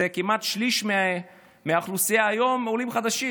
כמעט שליש מהאוכלוסייה היום עולים חדשים.